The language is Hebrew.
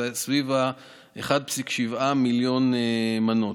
שזה סביב 1.7 מיליון מנות,